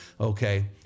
okay